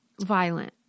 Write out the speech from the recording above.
Violent